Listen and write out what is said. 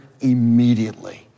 immediately